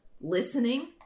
listening